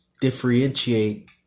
differentiate